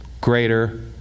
Greater